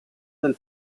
del